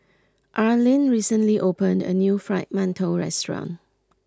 Arlyn recently opened a new Fried Mantou restaurant